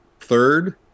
third